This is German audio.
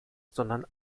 sondern